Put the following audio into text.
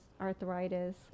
arthritis